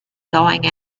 going